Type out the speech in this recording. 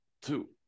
two